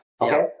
okay